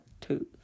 two